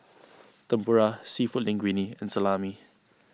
Tempura Seafood Linguine and Salami